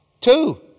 Two